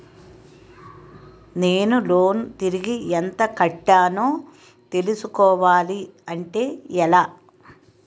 నేను లోన్ తిరిగి ఎంత కట్టానో తెలుసుకోవాలి అంటే ఎలా?